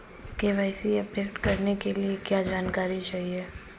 KYC update करने के लिए क्या जानकारी चाहिए?